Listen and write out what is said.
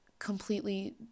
completely